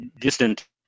distant